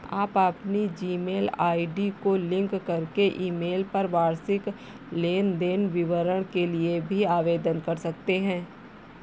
आप अपनी Gmail ID को लिंक करके ईमेल पर वार्षिक लेन देन विवरण के लिए भी आवेदन कर सकते हैं